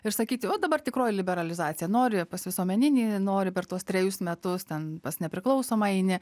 ir sakyti o dabar tikroji liberalizacija nori pas visuomeninį nori per tuos trejus metus ten pas nepriklausomą eini